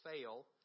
fail